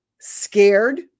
scared